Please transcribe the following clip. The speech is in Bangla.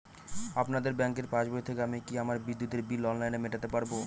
আপনাদের ব্যঙ্কের পাসবই থেকে আমি কি আমার বিদ্যুতের বিল অনলাইনে মেটাতে পারবো?